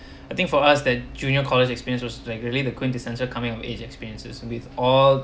I think for us that junior college experience was regularly the quintessential coming of age experiences with all